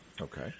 Okay